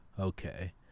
okay